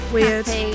Weird